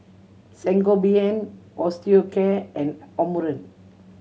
Sangobion Osteocare and Omron